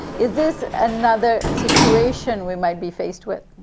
is this another situation we might be faced with?